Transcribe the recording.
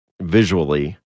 visually